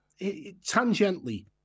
tangentially